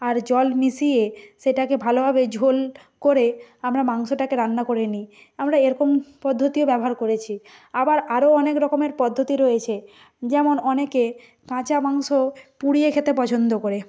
আর জল মিশিয়ে সেটাকে ভালোভাবে ঝোল করে আমরা মাংসটাকে রান্না করে নিই আমরা এরকম পদ্ধতিও ব্যবহার করেছি আবার আরো অনেক রকমের পদ্ধতি রয়েছে যেমন অনেকে কাঁচা মাংস পুড়িয়ে খেতে পছন্দ করে